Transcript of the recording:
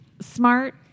Smart